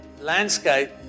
landscape